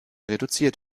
reduziert